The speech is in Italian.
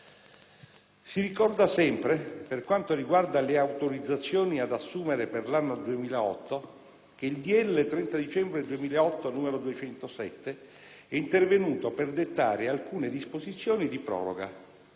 Si ricorda, sempre per quanto riguarda le autorizzazioni ad assumere per l'anno 2008, che il decreto-legge 30 dicembre 2008, n. 207, è intervenuto per dettare alcune disposizioni di proroga.